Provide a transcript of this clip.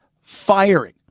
firing